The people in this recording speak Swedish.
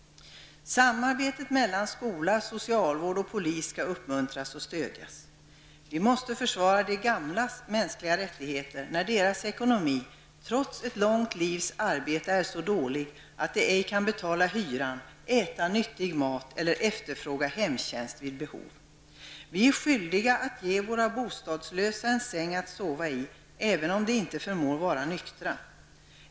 Samarbetet mellan skola, socialvård och polis skall uppmuntras och stödjas. Vi måste också försvara de gamlas rättigheter när deras ekonomi, trots ett långt livs arbete, är så dålig att de inte kan betala hyran, äta nyttig mat eller efterfråga hemtjänst vid behov. Vi är skyldiga att ge våra bostadslösa en säng att sova i, även om de inte förmår vara nyktra.